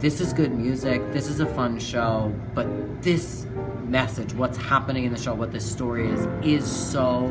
this is good music this is a fun show but this message what's happening in the show what the story is so